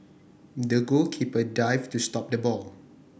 the goalkeeper dived to stop the ball